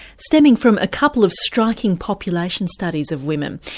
stemming from a couple of striking population studies of women.